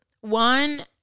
One